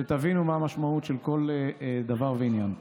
שתבינו מה המשמעות של כל דבר ועניין פה.